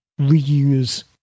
reuse